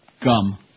gum